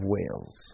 Wales